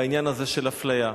בעניין הזה של אפליה.